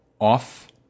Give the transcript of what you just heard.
off